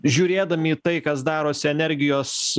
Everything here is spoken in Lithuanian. žiūrėdami į tai kas darosi energijos